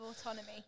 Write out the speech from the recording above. autonomy